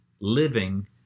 living